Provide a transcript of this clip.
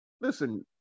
listen